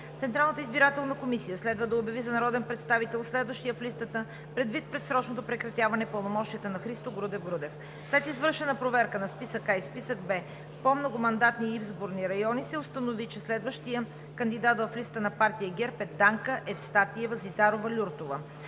Централната избирателна комисия следва да обяви за народен представител следващия в листата предвид предсрочното прекратяване пълномощията на Христо Грудев Грудев. След извършена проверка на списък А и списък Б по многомандатни изборни райони се установи, че следващият кандидат в листата на партия ГЕРБ е Данка Евстатиева Зидарова-Люртова.